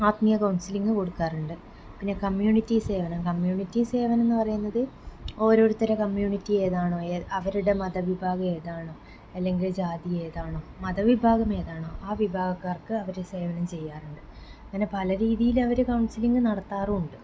ആത്മീയ കൗൺസിലിംഗ് കൊടുക്കാറുണ്ട് പിന്നെ കമ്മ്യൂണിറ്റി സേവനം കമ്മ്യൂണിറ്റി സേവനം എന്ന് പറയുന്നത് ഓരോരുത്തരുടെ കമ്മ്യൂണിറ്റി ഏതാണോ അവരുടെ മതവിഭാഗം ഏതാണോ അല്ലെങ്കിൽ ജാതി ഏതാണോ മതവിഭാഗം ഏതാണോ ആ വിഭാഗക്കാർക്ക് അവര് സേവനം ചെയ്യാറുണ്ട് പിന്ന പല രീതിയിലവര് കൗൺസിലിംഗ് നടത്താറുണ്ട്